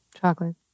Chocolate